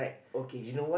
okay